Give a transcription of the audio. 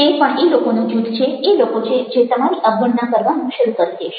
તે પણ એ લોકોનું જૂથ છે એ લોકો છે જે તમારી અવગણના કરવાનું શરૂ કરી દેશે